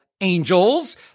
angels